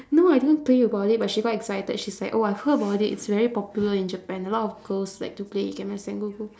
no I didn't play about it but she got excited she's like oh I've heard about it it's very popular in japan a lot of girls like to play ikemen sengoku